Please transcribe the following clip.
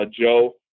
Joe